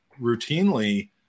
routinely